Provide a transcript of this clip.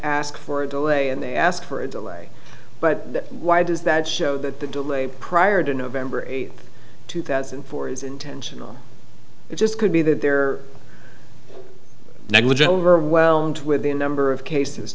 ask for a delay and they ask for a delay but why does that show that the delay prior to november eighth two thousand and four is intentional it just could be that they're negligent overwhelmed with the number of cases